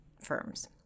firms